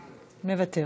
מוותר.